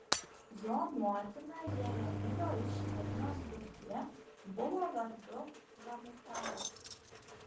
jo motina jeremijo iš libnos duktė buvo vardu hamutalė